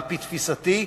על-פי תפיסתי,